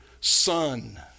son